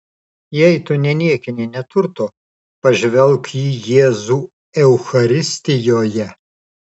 jei tu neniekini neturto pažvelk į jėzų eucharistijoje